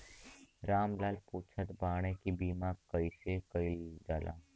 राम लाल पुछत बाड़े की बीमा कैसे कईल जाला?